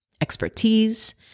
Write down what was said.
expertise